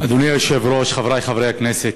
אדוני היושב-ראש, חברי חברי הכנסת,